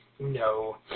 No